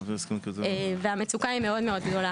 המצוקה מאוד גדולה.